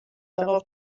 darauf